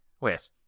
Wait